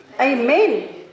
amen